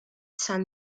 san